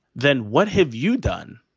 then what have you done?